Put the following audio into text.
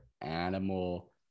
animal